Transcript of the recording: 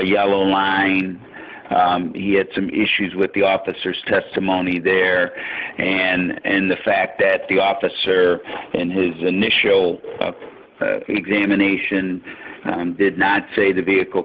yellow line he had some issues with the officers testimony there and the fact that the officer and his initial examination did not say the vehicle